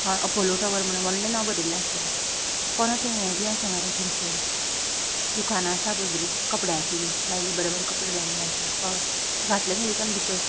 ह Apollo tower म्हण व्हडलें नांव बरयल्लें आसतलें परत तें हें बी आसा मरे थिंगसर दुकानां आसा पळय बरीं कपड्याचीं बी लायल्लीं बरे बरे कपडे लायिल्ले आसा हय ते फाटल्या साडीच्यान भितर